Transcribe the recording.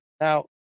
Now